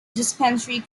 dispensary